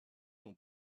son